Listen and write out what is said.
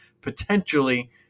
potentially